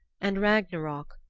and ragnarok,